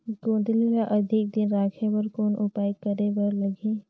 गोंदली ल अधिक दिन राखे बर कौन उपाय करे बर लगही?